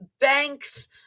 banks